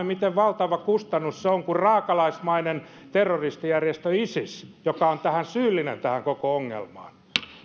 miten valtava kustannus se on kun on raakalaismainen terroristijärjestö isis joka on syyllinen tähän koko ongelmaan